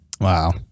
Wow